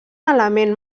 element